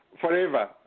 forever